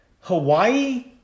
Hawaii